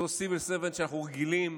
אותו Civil Servant שאנחנו רגילים